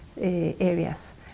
areas